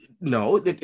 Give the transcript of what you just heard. no